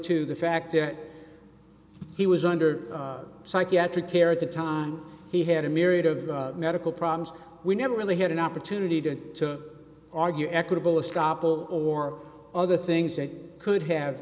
to the fact that he was under psychiatric care at the time he had a myriad of medical problems we never really had an opportunity to argue equitable a scalpel or other things that could have